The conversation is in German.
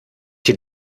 die